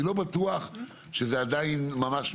אני לא בטוח שזה מובנה,